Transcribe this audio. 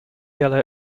yellow